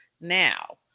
Now